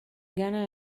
gana